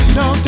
no